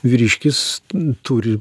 vyriškis turi